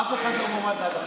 אף אחד לא מועמד להדחה.